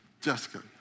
Jessica